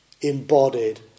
embodied